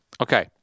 Okay